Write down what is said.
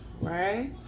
right